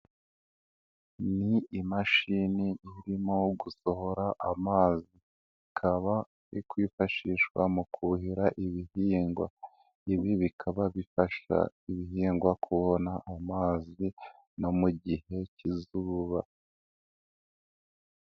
Ni imashini irimo gusohora amazi, ikaba ikwifashishwa mu kuhira ibihingwa, ibi bikaba bifasha ibihingwa kubona amazi no mu gihe cy'izuba.